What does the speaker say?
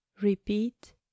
Repeat